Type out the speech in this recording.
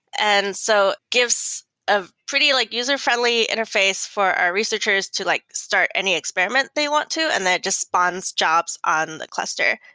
and so gives of pretty like user friendly interface for our researchers to like start any experiment they want to and that just bonds jobs on the cluster.